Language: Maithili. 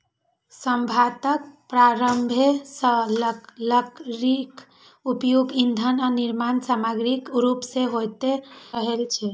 सभ्यताक प्रारंभे सं लकड़ीक उपयोग ईंधन आ निर्माण समाग्रीक रूप मे होइत रहल छै